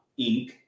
Inc